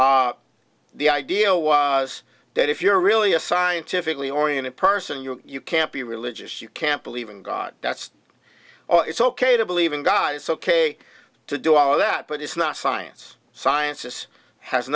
basically the idea was that if you're really a scientifically oriented person you're you can't be religious you can't believe in god that's all it's ok to believe in god it's ok to do all that but it's not science science is has